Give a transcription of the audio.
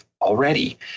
already